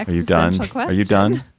you done you've done.